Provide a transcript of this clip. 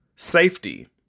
safety